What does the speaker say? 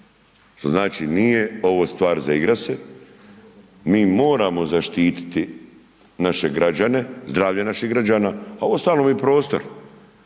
Što znači nije ovo stvar za igrati se, mi moramo zaštititi naše građane, zdravlje naših građana, a u ostalom i prostor.